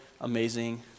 amazing